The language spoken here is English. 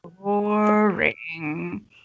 Boring